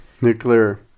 Nuclear